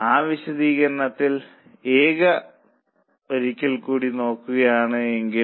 ആ വിശദീകരണത്തിൽ ഏക ഒരിക്കൽ കൂടി നോക്കുകയാണെങ്കിൽ